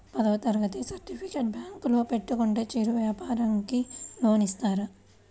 పదవ తరగతి సర్టిఫికేట్ బ్యాంకులో పెట్టుకుంటే చిరు వ్యాపారంకి లోన్ ఇస్తారా?